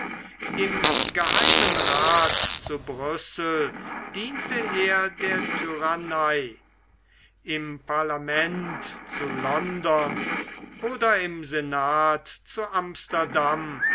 im geheimen rath zu brüssel diente er der tyrannei im parlament zu london oder im senat zu amsterdam